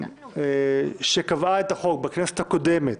כפי שקבעו את החוק בכנסת הקודמת